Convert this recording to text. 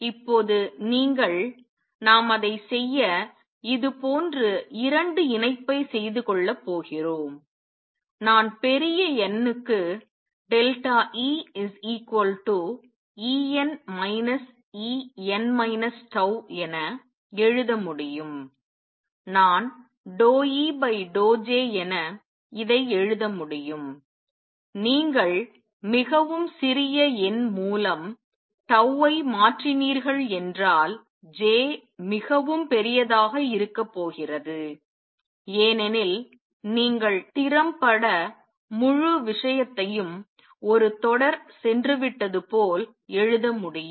இப்போது நீங்கள் நாம் அதை செய்ய இதுபோன்று இரண்டு இணைப்பை செய்து கொள்ள போகிறோம் நான் பெரிய n க்கு EEn En τ என எழுத முடியும் நான் ∂E∂Jஎன இதை எழுத முடியும் நீங்கள் மிகவும் சிறிய எண் மூலம் tau ஐ மாற்றினீர்கள் என்றால் J மிகவும் பெரியதாக இருக்க போகிறது ஏனெனில் நீங்கள் திறம்பட முழு விஷயத்தையும் ஒரு தொடர் சென்று விட்டது போல் எழுத முடியும்